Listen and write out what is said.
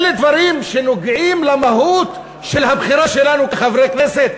אלה דברים שנוגעים במהות של הבחירה שלנו כחברי הכנסת,